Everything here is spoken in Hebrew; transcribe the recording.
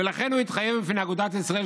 ולכן הוא התחייב בפני אגודת ישראל,